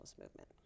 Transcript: movement